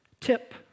Tip